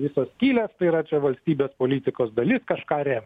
visos skylės tai ray čia valstybės politikos dalis kažką remti